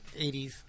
80s